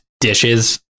dishes